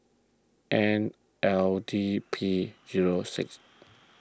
N L D P zero six